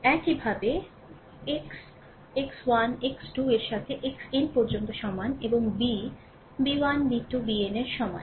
একইভাবে X x 1 x 2 এর সাথে Xn পর্যন্ত সমান এবং B b 1 b 2 bn এর সমান